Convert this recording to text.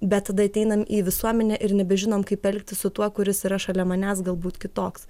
bet tada ateinam į visuomenę ir nebežinom kaip elgtis su tuo kuris yra šalia manęs galbūt kitoks